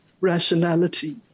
rationality